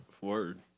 Word